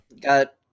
got